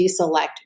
deselect